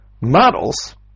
models